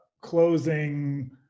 closing